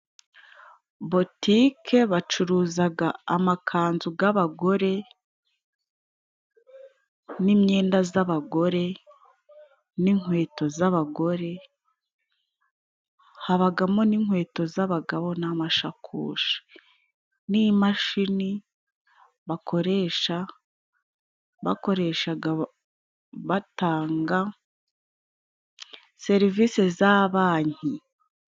Botike bacuruzaga amakanzu gabagore n'imyenda z'abagore n'inkweto z'abagore. Habagamo n'inkweto z'abagabo n'amashakoshi, n' imashini bakoresha bakoreshaga batanga serivisi za Banki.